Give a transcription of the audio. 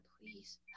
Please